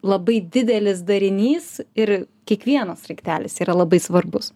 labai didelis darinys ir kiekvienas sraigtelis yra labai svarbus